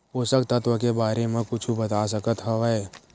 पोषक तत्व के बारे मा कुछु बता सकत हवय?